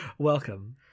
Welcome